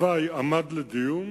התוואי עמד לדיון.